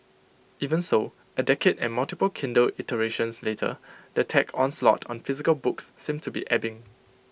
even so A decade and multiple Kindle iterations later the tech onslaught on physical books seems to be ebbing